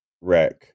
wreck